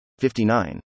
59